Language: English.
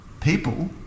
people